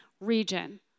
region